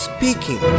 Speaking